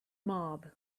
mob